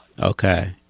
Okay